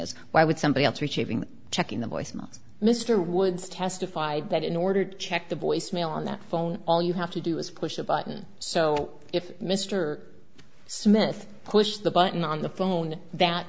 is why would somebody else receiving check in the voice mails mr woods testified that in order to check the voicemail on that phone all you have to do is push the button so if mr smith pushed the button on the phone that